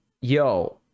Yo